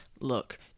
look